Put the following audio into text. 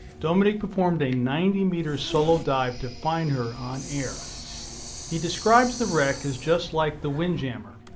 dominique performed a ninety meter solo dive to find her on air he describes the wreck as just like the windjammer.